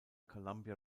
columbia